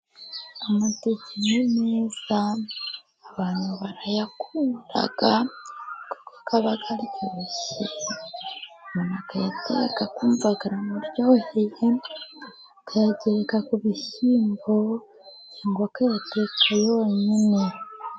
Amateke ni meza abantu barayakunda, kuko aba aryoshye, umuntu akayateka akumva aramuryoheye akayagereka ku bishyimbo, cyangwa akayateka yonyine.